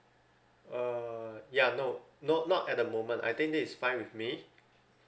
uh ya no no not at the moment I think this is fine with me